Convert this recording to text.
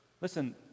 listen